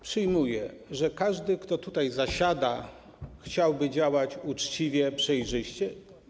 Przyjmuję, że każdy, kto tutaj zasiada, chciałby działać uczciwie i przejrzyście.